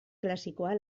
klasikoa